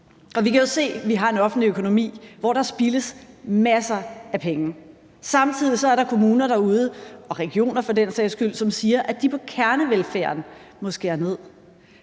vi kan jo se, at vi har en offentlig økonomi, hvor der spildes masser af penge, og samtidig er der kommuner og for den sags skyld også regioner derude, som siger, at de på kernevelfærden må skære ned.